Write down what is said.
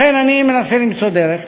לכן אני מנסה למצוא דרך.